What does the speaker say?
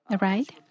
Right